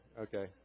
okay